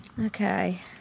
Okay